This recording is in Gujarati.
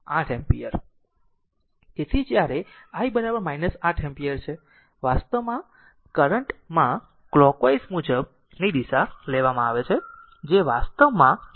તેથી જ્યારે i 8 એમ્પીયર છે વાસ્તવમાં કરંટ માં કલોકવાઈઝ મુજબની દિશા લેવામાં આવે છે જે વાસ્તવમાં કરંટ છે